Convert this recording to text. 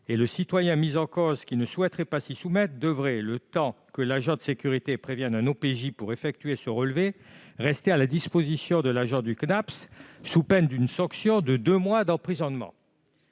le citoyen mis en cause, qui ne souhaiterait pas s'y soumettre, devant, le temps que l'agent de sécurité prévienne un officier de police judiciaire, ou OPJ, pour effectuer ce relevé, rester à la disposition de l'agent du Cnaps, sous peine d'une sanction de deux mois d'emprisonnement.